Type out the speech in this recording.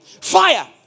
fire